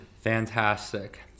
Fantastic